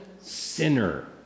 sinner